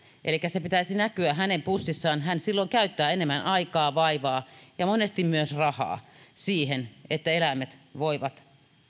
elikkä sen pitäisi näkyä hänen pussissaan hän silloin käyttää enemmän aikaa vaivaa ja monesti myös rahaa siihen että eläimet voivat